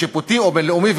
שיפוטי או בין-לאומי",